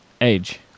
age